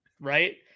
right